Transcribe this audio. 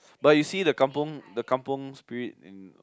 but you see the kampung the kampung spirit in